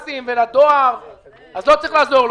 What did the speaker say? לא,